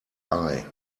eye